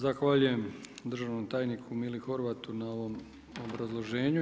Zahvaljujem državnom tajniku Mili Horvatu na ovom obrazloženju.